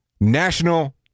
National